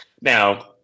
Now